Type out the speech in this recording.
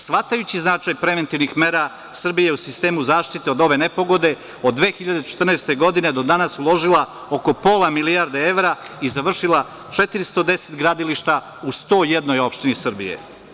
Shvatajući značaj preventivnih mera, Srbija je u sistemu zaštite od ove nepogode od 2014. godine do danas, uložila oko pola milijarde evra i završila 410 gradilišta u 101 opštini Srbije.